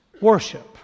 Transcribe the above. worship